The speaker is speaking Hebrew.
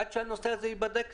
עד שהנושא הזה ייבדק,